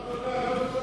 לא, תודה.